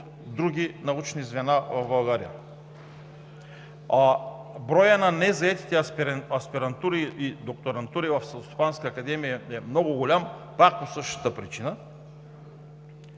други научни звена в България. Броят на незаетите аспирантури и докторантури в Селскостопанската академия е много голям, пак поради същата причина.